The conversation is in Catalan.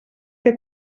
que